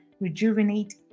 rejuvenate